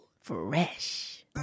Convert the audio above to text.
Fresh